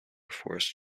force